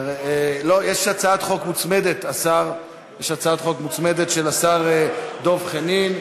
יש הצעת חוק מוצמדת של חבר הכנסת דב חנין.